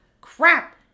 Crap